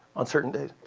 on certain days.